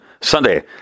Sunday